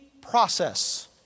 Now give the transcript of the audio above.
process